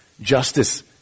Justice